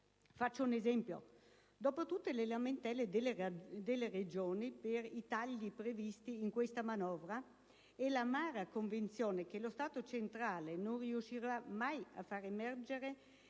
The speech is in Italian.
Faccio un esempio: dopo tutte le lamentele delle Regioni per i tagli previsti in questa manovra e l'amara convinzione che lo Stato centrale non riuscirà mai a far emergere